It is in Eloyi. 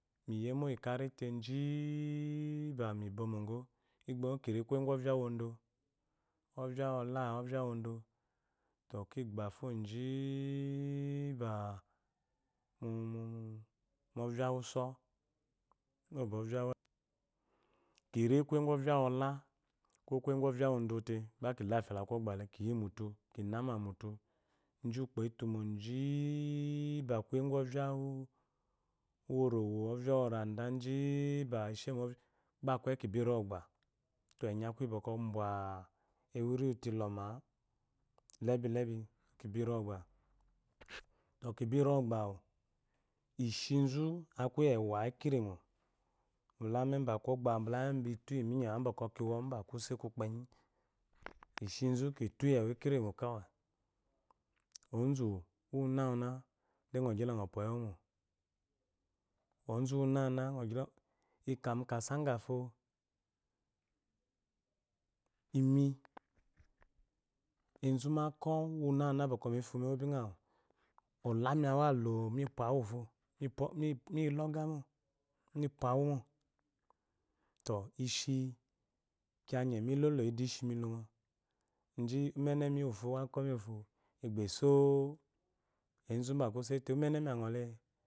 Miyemo yi kante ji ba mibonwgo igbomo kiri kuye gu oka wodo oriawola ovia wodo tɔ kigbafo jiba movia wusɔ kiri kuye gu oviawola ko oviamdote gbaki lafia lla kogbale kiyi mutu kinama mutu ji ukpo efumo ji kuuye gu oviaworowo oviaworade jiba gbakeyi kibiremogba enyi akuyi bwɔkwɔ oba ewuniyitu iɔma lelilebi kibiogba tɔ kibingba ishizu akuyi ewa ikinmo mbda emme ba kogba mbde emme bitu yimunyewa bwɔkwɔ kiwo mu kuse kukpenyi ishizu kilo yiewa ikinmo kawe ozuwunana de ngo gyite ngo pawawu gafo iyi ezubakɔ wunana bwɔkwɔ mifuwa mewu awu ozozu aami awu to mipwo fumo milogamo mipwawumo tɔ ishi kiya gyegyi milolo de ishimi lungo gi ummene mi wufo uwakomi wufo gba eso ezu bakuse te ummenemi a ngole